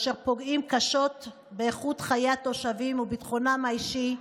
אשר פוגעים קשות באיכות חיי התושבים וביטחונם האישי,